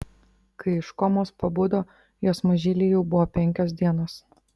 kai iš komos pabudo jos mažylei jau buvo penkios dienos